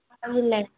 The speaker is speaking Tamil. இல்லை